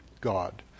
God